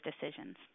decisions